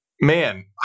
man